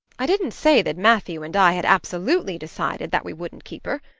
i didn't say that matthew and i had absolutely decided that we wouldn't keep her.